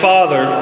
Father